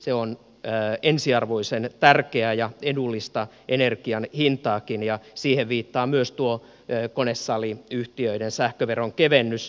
se on ensiarvoisen tärkeää ja edullista energian hintaakin ja siihen viittaa myös tuo konesaliyhtiöiden sähköveron kevennys